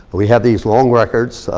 we have these long records,